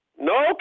No